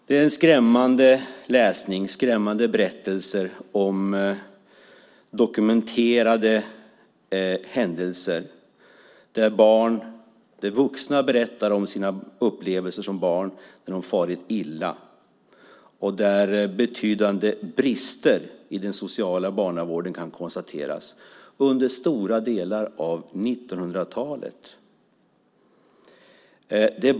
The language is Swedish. Det är en skrämmande läsning om dokumenterade händelser där vuxna berättar om sina upplevelser som barn då de har farit illa, och det kan konstateras betydande brister i den sociala barnavården under stora delar av 1900-talet.